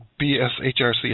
BSHRC